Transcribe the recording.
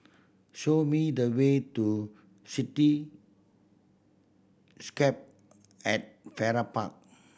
show me the way to Cityscape at Farrer Park